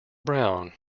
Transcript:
brown